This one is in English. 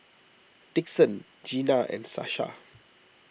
Dixon Gena and Sasha